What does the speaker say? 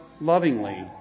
lovingly